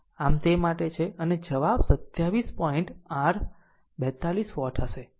આમ તે માટે છે અને જવાબ 27 પોઇન્ટ r 4 2 વોટ હશે